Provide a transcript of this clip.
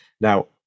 Now